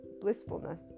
blissfulness